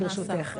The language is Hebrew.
שני דברים, ברשותך.